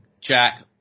Jack